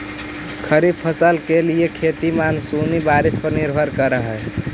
खरीफ फसल के लिए खेती मानसूनी बारिश पर निर्भर करअ हई